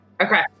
okay